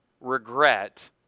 regret